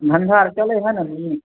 धन्धा आओर चलै हइ ने नीक